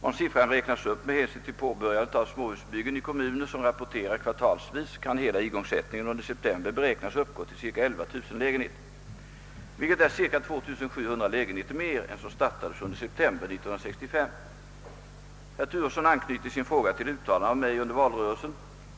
Om siffran räknas upp med hänsyn till påbörjandet av småhusbyggen i kommuner, som rapporterar kvartalsvis, kan hela igångsättningen under september beräknas uppgå till cirka 11 000 lägenheter, vilket är cirka 2700 lägenheter mer än som startades under september 1965. Herr Turesson anknyter i sin fråga till uttalanden av mig under valrörelsen.